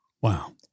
Wow